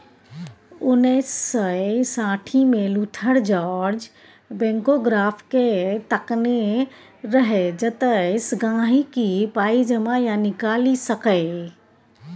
उन्नैस सय साठिमे लुथर जार्ज बैंकोग्राफकेँ तकने रहय जतयसँ गांहिकी पाइ जमा या निकालि सकै